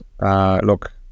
look